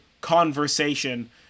conversation